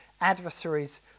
adversaries